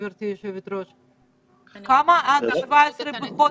גברתי יושבת-הראש: כמה בדיקות היו עד ה-17 לחודש?